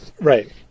right